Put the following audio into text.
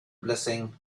blessing